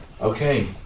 Okay